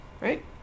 Right